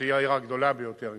שהיא העיר הגדולה ביותר,